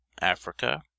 africa